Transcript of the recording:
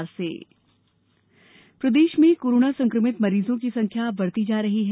corona प्रदेश प्रदेश में कोरोना संक्रमित मरीजों की संख्या बढ़ती ही जा रही है